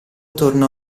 tornò